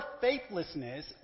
faithlessness